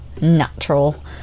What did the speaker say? natural